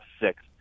six